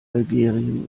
algerien